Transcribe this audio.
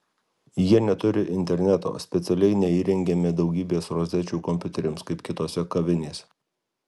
jie neturi interneto specialiai neįrengėme daugybės rozečių kompiuteriams kaip kitose kavinėse